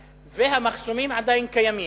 והמחסומים עדיין קיימים.